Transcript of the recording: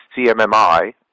CMMI